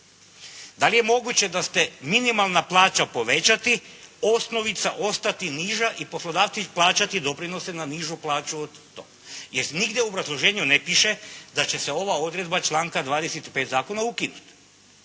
Da li je moguće da ste, minimalna plaća povećati, osnovica ostati niža i poslodavci plaćati doprinose na nižu plaću od toga? Jer nigdje u obrazloženju ne piše da će se ova odredba članka 25. Zakona ukinuti.